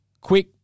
quick